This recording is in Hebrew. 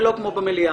זה לא כמו במליאה.